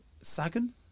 Sagan